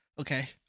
Okay